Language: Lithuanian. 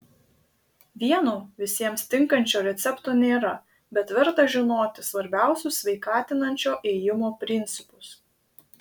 vieno visiems tinkančio recepto nėra bet verta žinoti svarbiausius sveikatinančio ėjimo principus